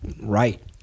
right